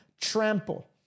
trample